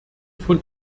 von